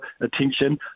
attention